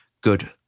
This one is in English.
good